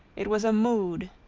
it was a mood.